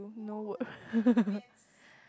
no word